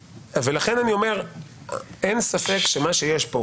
לכן אני אומר שאין ספק שמה שיש כאן,